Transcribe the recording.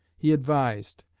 he advised,